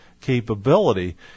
capability